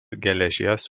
geležies